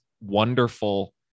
wonderful